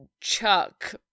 Chuck